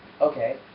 Okay